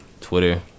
Twitter